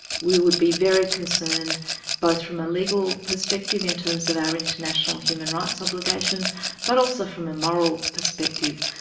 we would be very concerned both from a legal perspective in terms of our international human rights obligations but also from a moral perspective.